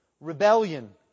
rebellion